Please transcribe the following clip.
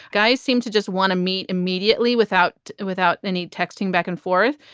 guys seem to just want to meet immediately without without any texting back and forth.